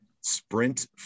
Sprint